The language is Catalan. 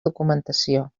documentació